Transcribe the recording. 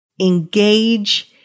engage